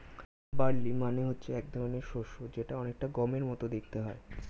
barley মানে হচ্ছে এক ধরনের শস্য যেটা অনেকটা গমের মত হয়